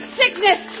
sickness